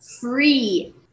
free